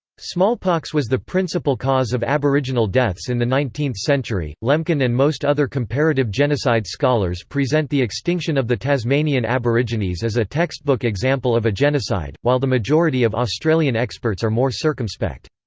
smallpox was the principal cause of aboriginal deaths in the nineteenth century lemkin and most other comparative genocide scholars present the extinction of the tasmanian aborigines as a textbook example of a genocide, while the majority of australian experts are more circumspect.